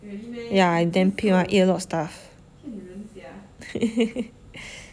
yeah I damn pig [one] I eat a lot of stuff